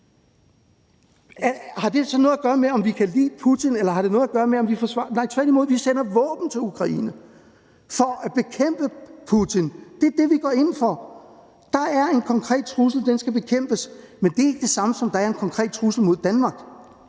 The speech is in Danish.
har det noget at gøre med, om vi forsvarer? Nej, tværtimod, vi sender våben til Ukraine for at bekæmpe Putin. Det er det, vi går ind for. Der er en konkret trussel, og den skal bekæmpes, men det er ikke det samme som, at der er en konkret trussel mod Danmark.